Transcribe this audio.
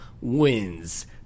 wins